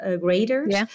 graders